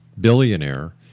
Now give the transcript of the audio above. billionaire